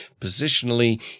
positionally